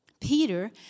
Peter